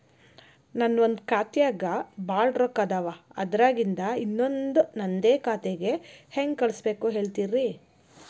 ನನ್ ಒಂದ್ ಖಾತ್ಯಾಗ್ ಭಾಳ್ ರೊಕ್ಕ ಅದಾವ, ಅದ್ರಾಗಿಂದ ಇನ್ನೊಂದ್ ನಂದೇ ಖಾತೆಗೆ ಹೆಂಗ್ ಕಳ್ಸ್ ಬೇಕು ಹೇಳ್ತೇರಿ?